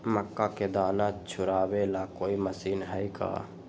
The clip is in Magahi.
मक्का के दाना छुराबे ला कोई मशीन हई का?